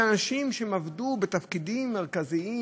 אנשים שעבדו בתפקידים מרכזיים,